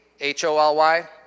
H-O-L-Y